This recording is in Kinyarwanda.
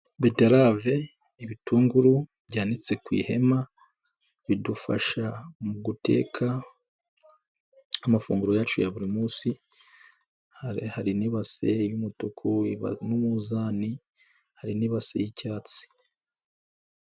Beterave, ibitunguru, byanitse ku ihema, bidufasha mu guteka amafunguro yacu ya buri munsi, hari n'ibasi y'umutuku, n'umunzani, hari n'ibasi y'icyatsi.